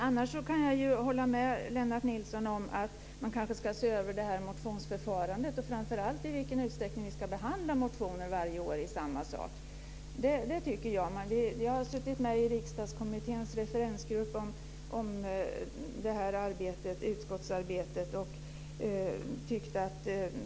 Annars kan jag hålla med Lennart Nilsson om att man kanske ska se över detta motionsförfarande och framför allt i vilken utsträckning som vi ska behandla motioner om samma saker varje år. Jag har suttit med i Riksdagskommitténs referensgrupp om utskottsarbetet.